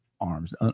arms